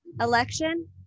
election